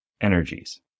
energies